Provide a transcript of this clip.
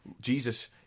Jesus